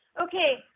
okay